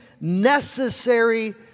necessary